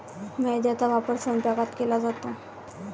मैद्याचा वापर स्वयंपाकात केला जातो